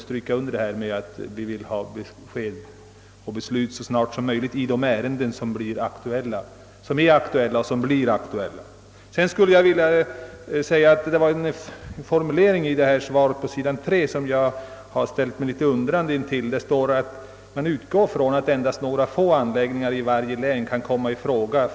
De berörda måste få besked så snart som möjligt i de ärenden som är och blir aktuella. En formulering i svaret gör mig något undrande. Statsrådet utgår ifrån att endast några få anläggningar i varje län kan komma i fråga.